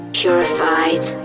purified